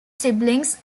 siblings